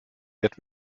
wird